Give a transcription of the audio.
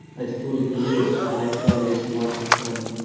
i truly believe lifestyle is what, when,